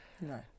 No